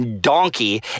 donkey